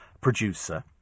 producer